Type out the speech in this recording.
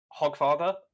Hogfather